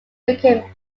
became